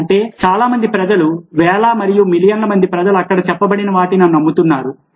అంటే చాలా మంది ప్రజలు వేల మరియు మిలియన్ల మంది ప్రజలు అక్కడ చెప్పబడిన వాటిని నమ్ముతున్నారు